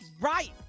right